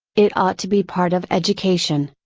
it ought to be part of education,